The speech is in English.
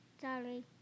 Sorry